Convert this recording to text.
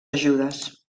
ajudes